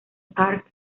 park